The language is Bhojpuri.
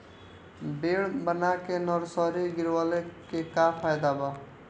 बेड बना के नर्सरी गिरवले के का फायदा बा?